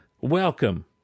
Welcome